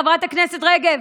חברת הכנסת רגב,